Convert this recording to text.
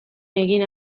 egin